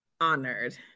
honored